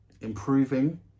improving